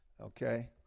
okay